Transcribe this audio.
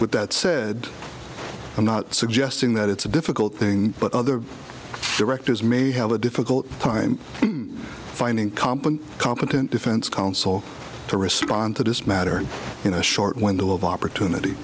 with that said i'm not suggesting that it's a difficult thing but other directors may have a difficult time finding competent competent defense counsel to respond to this matter in a short window of opportunity